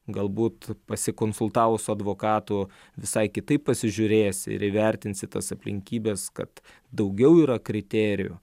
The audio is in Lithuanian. galbūt pasikonsultavus su advokatu visai kitaip pasižiūrėsi ir įvertinsi tas aplinkybes kad daugiau yra kriterijų